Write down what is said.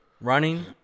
running